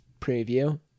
preview